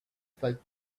fight